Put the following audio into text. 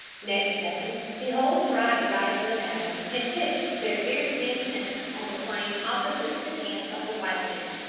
next day the whole tribe arrived in the valley, and pitched their deerskin tents on the plain opposite to the camp of the white men.